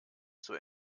zur